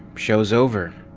show's over.